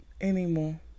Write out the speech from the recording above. anymore